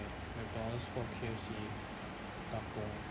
McDonald's 或 K_F_C 打工